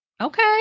Okay